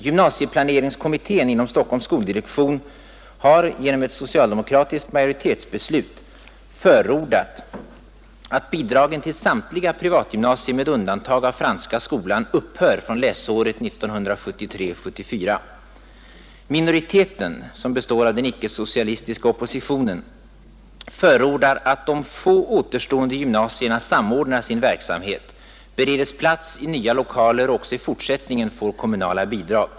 Gymnasieplaneringskommittén inom Stockholms skoldirektion har genom ett socialdemokratiskt majoritetsbeslut förordat att bidragen till samtliga privatgymnasier med undantag av Franska skolan skall upphöra fr.o.m. läsåret 1973/74. Minoriteten, som består av den icke-socialistiska oppositionen, förordar att de få återstående gymnasierna samordnar sin verksamhet, bereds plats i nya lokaler och även i fortsättningen får kommunala bidrag.